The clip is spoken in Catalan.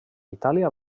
itàlia